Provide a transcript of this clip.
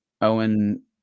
Owen